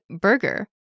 burger